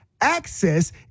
access